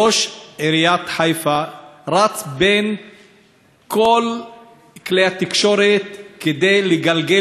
ראש עיריית חיפה רץ בין כל כלי התקשורת כדי לגלגל